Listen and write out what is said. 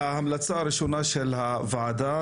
ההמלצה הראשונה של הוועדה,